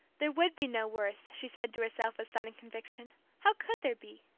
there would be no worse, she said to herself with sudden conviction how could there be?